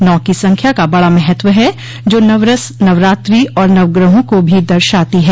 नौ की संख्या का बड़ा महत्व है जो नवरस नवरात्रि और नवग्रहों को भी दर्शाती है